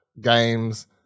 games